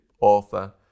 author